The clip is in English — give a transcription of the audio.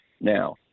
Now